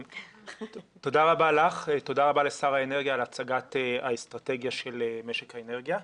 תודה רבה לשר האנרגיה ולמנכ"ל על הצגת האסטרטגיה של משק האנרגיה.